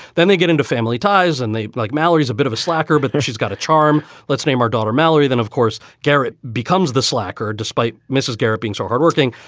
then they get into family ties and they, like mallory, is a bit of a slacker, but she's got a charm. let's name our daughter mallory. then, of course, garrett becomes the slacker. despite mrs. garrett being so hardworking,